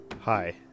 Hi